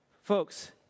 folks